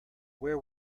where